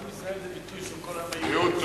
"עם ישראל" זה ביטוי של כל העם היהודי.